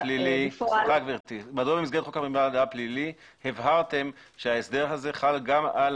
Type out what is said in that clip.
מדוע במסגרת חוק המידע הפלילי הבהרתם שההסדר הזה חל גם על